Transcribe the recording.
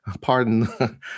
pardon